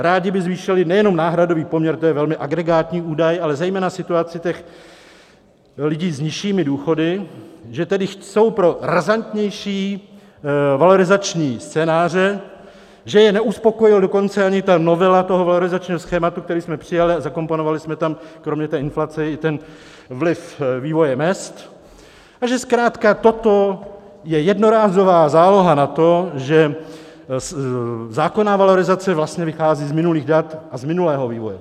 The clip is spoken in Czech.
Rády by zvýšily nejenom náhradový poměr, to je velmi agregátní údaj, ale zejména situaci těch lidí s nižšími důchody, že tedy jsou pro razantnější valorizační scénáře, že je neuspokojila dokonce ani ta novela toho valorizačního schématu, kterou jsme přijali, a zakomponovali jsme tam kromě inflace i ten vliv vývoje mezd, a že zkrátka toto je jednorázová záloha na to, že zákonná valorizace vlastně vychází z minulých dat a z minulého vývoje.